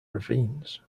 ravines